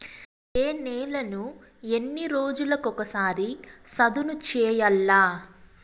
ఏ నేలను ఎన్ని రోజులకొక సారి సదును చేయల్ల?